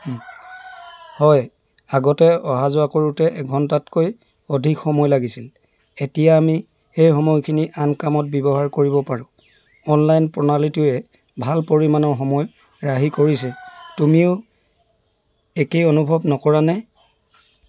হয় আগতে অহা যোৱাতে এঘণ্টাতকৈ অধিক সময় লাগিছিল এতিয়া আমি সেই সময়খিনি আন কামত ব্যৱহাৰ কৰিব পাৰোঁ অনলাইন প্ৰণালীটোৱে ভাল পৰিমাণৰ সময় ৰাহি কৰিছে তুমিও একেই অনুভৱ নকৰানে